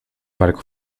barco